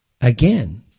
Again